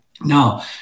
Now